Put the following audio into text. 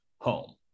home